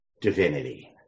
divinity